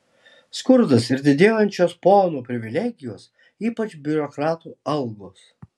skurdas ir didėjančios ponų privilegijos ypač biurokratų algos